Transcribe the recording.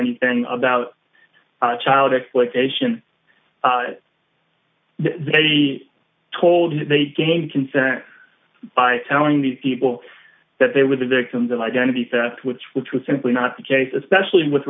anything about child exploitation they told they came concern by telling these people that they were the victims of identity theft which which was simply not the case especially with